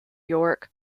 york